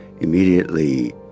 immediately